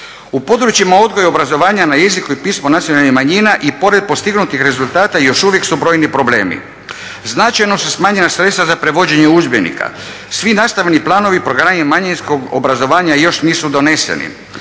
U područjima odgoja i obrazovanja na jeziku i pismu nacionalnih manjina i pored postignutih rezultata još uvijek su brojni problemi. Značajno su smanjena sredstva za prevođenje udžbenika. Svi nastavni planovi, programi manjinskog obrazovanja još nisu doneseni,